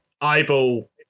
eyeball